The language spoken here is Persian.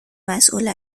مسئول